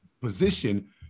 position